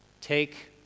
take